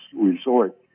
resort